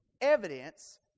evidence